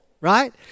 right